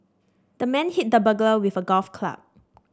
the man hit the burglar with a golf club